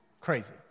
Crazy